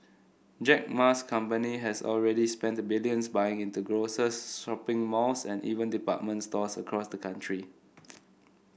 Jack Ma's company has already spent the billions buying into grocers shopping malls and even department stores across the country